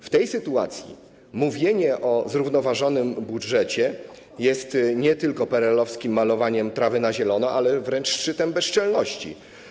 W tej sytuacji mówienie o zrównoważonym budżecie jest nie tylko PRL-owskim malowaniem trawy na zielono, ale wręcz szczytem bezczelności.